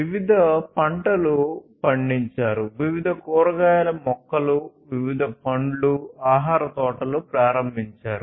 వివిధ పంటలు పండించారు వివిధ కూరగాయల మొక్కలు వివిధ పండ్లు ఆహార తోటలు ప్రారంభించారు